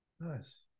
Nice